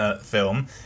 film